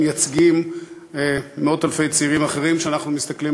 שהם מייצגים מאות אלפי צעירים אחרים שאנחנו מסתכלים